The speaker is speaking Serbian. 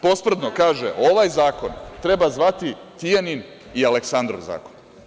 Posprtdno kaže – ovaj zakon treba zvati Tijanin i Aleksandrov zakon.